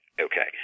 Okay